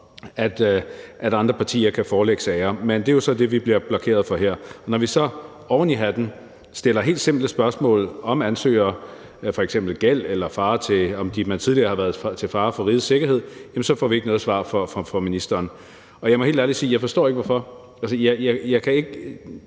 at andre partier kan forelægge sager. Men det er jo så det, vi bliver blokeret i her. Når vi så oven i hatten stiller helt simple spørgsmål om ansøgere, der f.eks. har gæld, eller om man tidligere har været til fare for rigets sikkerhed, så får vi ikke noget svar fra ministeren, og jeg må helt ærligt sige, at jeg ikke forstår hvorfor. Jeg vil